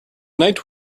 night